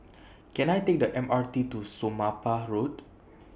Can I Take The M R T to Somapah Road